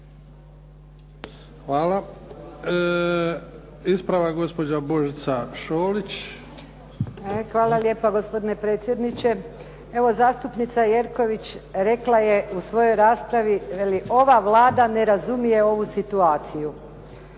Hvala. Ispravak, gospođa Božica Šolić. **Šolić, Božica (HDZ)** Hvala lijepo gospodine predsjedniče. Evo, zastupnica Jerković rekla je u svojoj raspravi, veli ova Vlada ne razumije ovu situaciju.